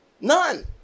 None